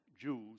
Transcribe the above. Jews